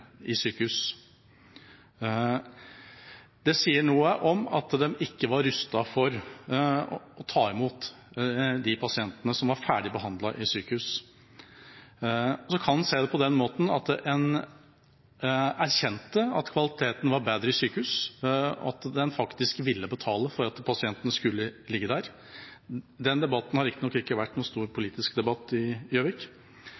i sykehus. Det sier noe om at de ikke var rustet for å ta imot de pasientene som var ferdigbehandlet i sykehus. Så kan en se det på den måten at en erkjente at kvaliteten var bedre i sykehus, at en faktisk ville betale for at pasientene skulle ligge der. Den debatten har riktignok ikke vært noen stor politisk debatt i Gjøvik,